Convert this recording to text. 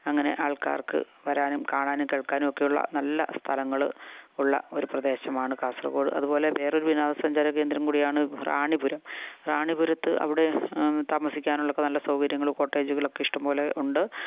അങ്ങനെ ആൾക്കാർക്ക് വരാനും കാണാനും കേൾക്കാനും ഒക്കെ ഉള്ള നല്ല സ്ഥലങ്ങൾ ഉള്ള ഒരു പ്രദേശമാണ് കാസർഗോഡ് അതുപോലെ വേറൊരു വിനോദ സഞ്ചാര കേന്ദ്രം കൂടിയാണ് റാണിപുരം റാണിപുരത്ത് അവിടെ താമസിക്കാനുള്ള ഒക്കെ നല്ല സൗകര്യങ്ങൾ കോട്ടേജുകളൊക്കെ ഇഷ്ടംപോലെ ഉണ്ട്